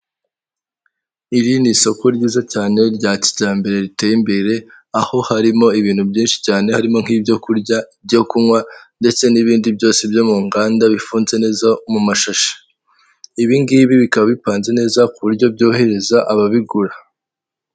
Iri ni isoko ryiza cyane rya kijyambere riteye imbere aho harimo ibintu byinshi cyane harimo nk'ibyo kurya, ibyo kunywa, ndetse n'ibindi byose byo mu nganda bifunze neza mu mashashi ibi ngibi bikaba bipanze neza ku buryo byohereza ababigura.